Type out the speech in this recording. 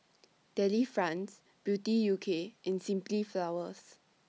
Delifrance Beauty U K and Simply Flowers